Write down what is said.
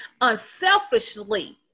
unselfishly